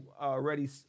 already